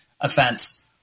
offense